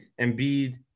Embiid